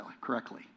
correctly